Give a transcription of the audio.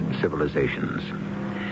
civilizations